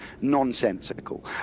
nonsensical